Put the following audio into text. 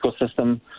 ecosystem